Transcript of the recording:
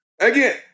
Again